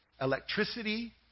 electricity